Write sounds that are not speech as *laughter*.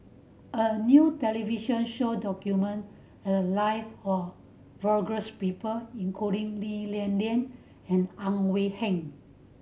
a new television show documented the live of *unintelligible* people including Lee Li Lian and Ang Wei Neng